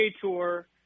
tour